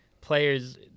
players